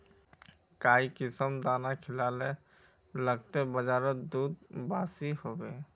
काई किसम दाना खिलाले लगते बजारोत दूध बासी होवे?